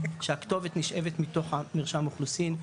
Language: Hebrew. שהכתובת נשאבת מתוך המרשם אוכלוסין,